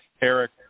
Eric